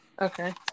Okay